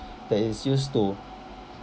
that is used to